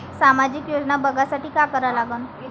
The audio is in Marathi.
सामाजिक योजना बघासाठी का करा लागन?